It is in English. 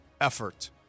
effort